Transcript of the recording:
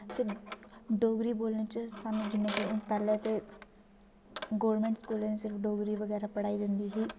ते डोगरी बोलने च सानू जिन्ने जतन पैह्ले ते गोरमैंट स्कूलें च डोगरी बगैरा पढ़ाई जंदी ही